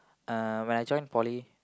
uh when I joined poly